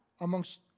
amongst